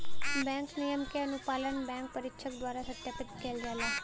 bank नियम क अनुपालन बैंक परीक्षक द्वारा सत्यापित किहल जाला